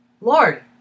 Lord